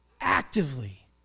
actively